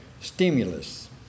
stimulus